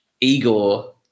Igor